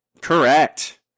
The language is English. Correct